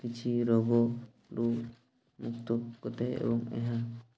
କିଛି ରୋଗରୁ ମୁକ୍ତ କରିଥାଏ ଏବଂ ଏହା